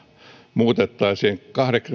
muutettaisiin